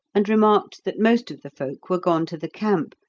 and remarked that most of the folk were gone to the camp,